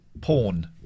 Porn